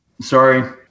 sorry